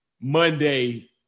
Monday